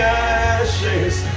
ashes